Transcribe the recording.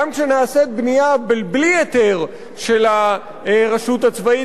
גם כשנעשית בנייה בלי היתר של הרשות הצבאית,